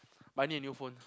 but I need a new phone